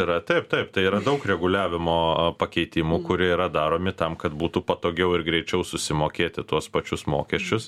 yra taip taip tai yra daug reguliavimo pakeitimų kurie yra daromi tam kad būtų patogiau ir greičiau susimokėti tuos pačius mokesčius